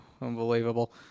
unbelievable